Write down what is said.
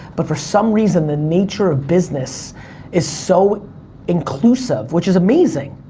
but for some reason, the nature of business is so inclusive, which is amazing,